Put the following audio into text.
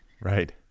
Right